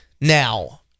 Now